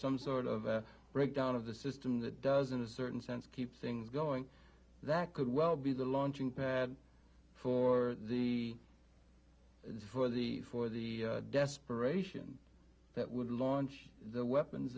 some sort of breakdown of the system that doesn't a certain sense keep things going that could well be the launching pad for the for the for the desperation that would launch the weapons